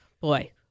boy